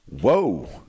Whoa